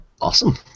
Awesome